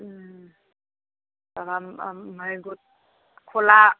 গোট খোলা